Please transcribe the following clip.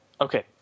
okay